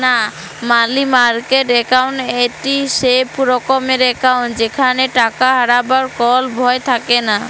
মালি market account একটি safe রকমের account যেখালে টাকা হারাবার কল ভয় থাকেলা